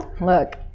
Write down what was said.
Look